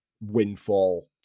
windfall